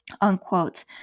unquote